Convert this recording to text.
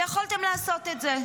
ויכולתם לעשות את זה.